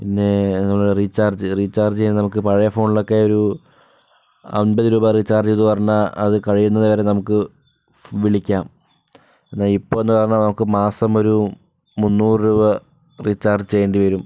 പിന്നെ നമ്മടെ recharge recharge നമുക്ക് പഴയ ഫോണിലൊക്കെ ഒരു അമ്പതു രൂപ റീചാർജ് ചെയ്ത് വരണ്ട അത് കഴിയുന്നത് വരെ നമുക്ക് വിളിക്കാം എന്നാ ഇപ്പോന്നു പറഞ്ഞാൽ മാസം ഒരു മുന്നൂറു രൂപ റീചാർജ് ചെയ്യേണ്ടി വരും